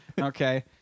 Okay